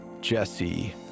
Jesse